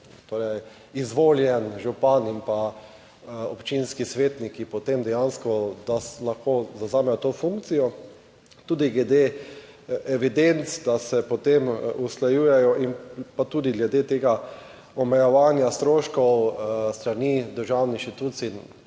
torej izvoljen župan in pa občinski svetniki potem dejansko, da lahko zavzamejo to funkcijo tudi glede evidenc, da se potem usklajujejo in pa tudi glede tega omejevanja stroškov s strani državnih inštitucij